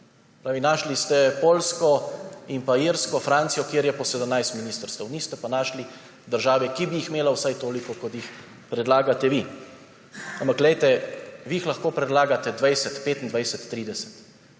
pravi, našli ste Poljsko in Irsko, Francijo, kjer je po 17 ministrstev. Niste pa našli države, ki bi jih imela vsaj toliko, kot jih predlagate vi. Ampak vi jih lahko predlagate 20, 25, 30,